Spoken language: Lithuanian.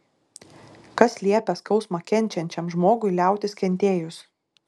kas liepia skausmą kenčiančiam žmogui liautis kentėjus